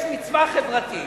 יש מצווה חברתית,